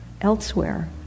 elsewhere